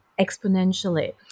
exponentially